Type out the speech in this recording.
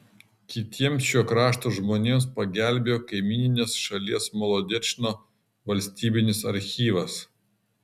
kitiems šio krašto žmonėms pagelbėjo kaimyninės šalies molodečno valstybinis archyvas